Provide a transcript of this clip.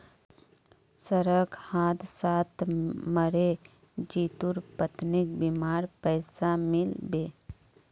सड़क हादसात मरे जितुर पत्नीक बीमार पैसा मिल बे